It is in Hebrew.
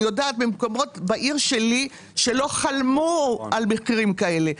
אני יודעת על מקומות בעיר שלי שלא חלמו על מחירים כאלה.